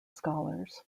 scholars